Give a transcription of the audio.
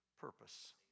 purpose